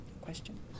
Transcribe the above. Question